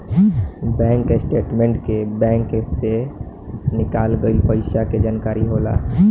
bank statement के में bank से निकाल गइल पइसा के जानकारी होला